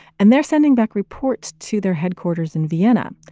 and they're sending back reports to their headquarters in vienna.